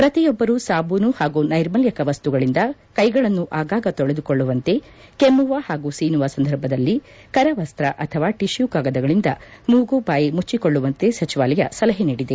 ಪ್ರತಿಯೊಬ್ಬರೂ ಸಾಬೂನು ಹಾಗೂ ನೈರ್ಮಲ್ಯಕ ಮಸ್ತುಗಳಿಂದ ಕೈಗಳನ್ನು ಆಗಾಗ ತೊಳೆದುಕೊಳ್ಳುವಂತೆ ಕೆಮ್ಮುವ ಹಾಗೂ ಸೀನುವ ಸಂದರ್ಭದಲ್ಲಿ ಕರವಸ್ತ ಅಥವಾ ಟಶ್ಯು ಕಾಗದಗಳಿಂದ ಮೂಗು ಬಾಯಿ ಮುಟ್ಟಕೊಳ್ಳುವಂತೆ ಸಚಿವಾಲಯ ಸಲಹೆ ನೀಡಿದೆ